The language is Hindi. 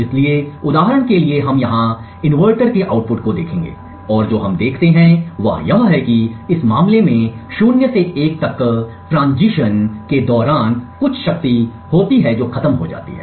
इसलिए उदाहरण के लिए यहां हम इन्वर्टर के आउटपुट को देखेंगे और जो हम देखते हैं वह यह है कि इस विशेष मामले में 0 से 1 तक संक्रमण ट्रांजीशन के दौरान कुछ शक्ति होती है जो खत्म हो जाती है